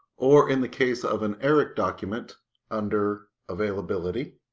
or in the case of an eric document under availability.